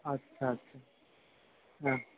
আচ্ছা আচ্ছা হ্যাঁ